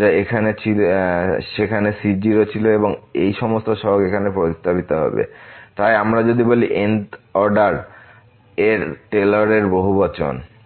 যা সেখানে c0 ছিল এবং এই সমস্ত সহগ এখানে প্রতিস্থাপিত হবে তাই আমরা যা বলি n অর্ডার এর টেলর এর বহুবচন Taylor's polynomial